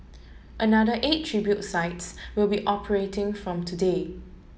another eight tribute sites will be operating from today